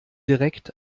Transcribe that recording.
direkt